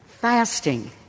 Fasting